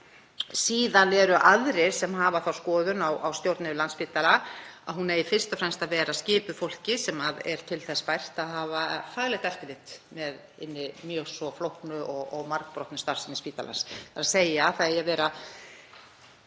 Síðan eru aðrir sem hafa þá skoðun á stjórn yfir Landspítala að hún eigi fyrst og fremst að vera skipuð fólki sem er til þess bært að hafa faglegt eftirlit með hinni mjög svo flóknu og margbrotnu starfsemi spítalans, þ.e. að þar eigi að vera